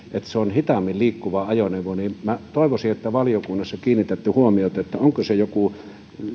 se on hitaammin liikkuva ajoneuvo minä toivoisin että valiokunnassa kiinnitätte huomiota että onko se joku